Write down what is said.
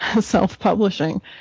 self-publishing